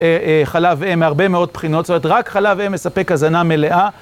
חלב אם, מהרבה מאוד בחינות.. רק חלב אם מספק הזנה מלאה.